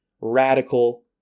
radical